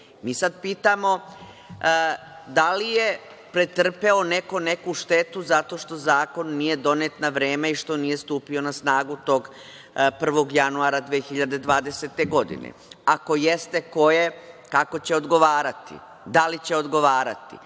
pitamo – da li je pretrpeo neko neku štetu zato što zakon nije donet na vreme i što nije stupio na snagu tog 1. januara 2020. godine? Ako jeste, ko je, kako će odgovarati, da li će odgovarati?